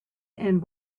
and